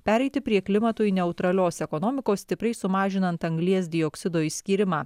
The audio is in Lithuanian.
pereiti prie klimatui neutralios ekonomikos stipriai sumažinant anglies dioksido išskyrimą